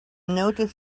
noticed